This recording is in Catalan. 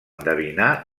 endevinar